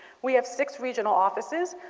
we have six regional offices.